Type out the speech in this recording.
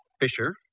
Fisher